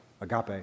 agape